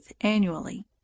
annually